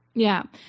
yeah.